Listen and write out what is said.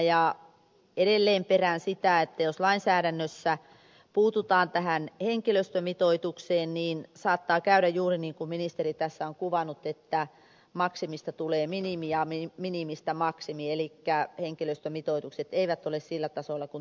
ja edelleen perään sitä että jos lainsäädännössä puututaan tähän henkilöstömitoitukseen niin saattaa käydä juuri niin kuin ministeri tässä on kuvannut että maksimista tulee minimi ja minimistä maksimi elikkä henkilöstömitoitukset eivät ole sillä tasolla kuin toivoisi